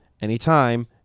anytime